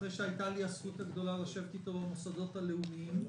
אחרי שהייתה לי הזכות הגדולה לשבת איתו במוסדות הלאומיים.